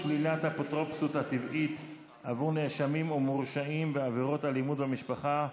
שלילת האפוטרופסות הטבעית עבור נאשמים ומורשעים בעבירות אלימות במשפחה),